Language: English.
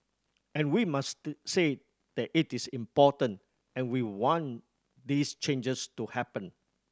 and we must say that it is important and we want these changes to happen